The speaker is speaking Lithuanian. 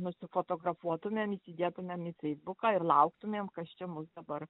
nusifotografuotumėm įdėtumėm į feisbuką ir lauktumėm kas čia mus dabar